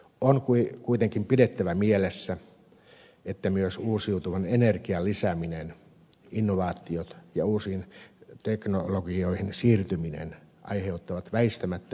on kuitenkin pidettävä mielessä että myös uusiutuvan energian lisääminen innovaatiot ja uusiin teknologioihin siirtyminen aiheuttavat väistämättä ympäristövaikutuksia